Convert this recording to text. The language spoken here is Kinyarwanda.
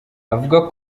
avuga